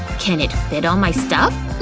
can it fit all my stuff?